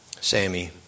Sammy